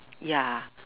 ya